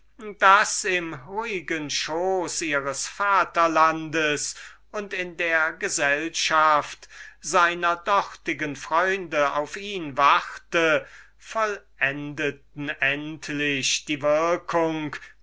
in dem ruhigen schoße ihres vaterlandes und in der gesellschaft seiner freunde auf ihn warte vollendeten die